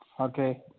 Okay